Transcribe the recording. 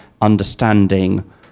understanding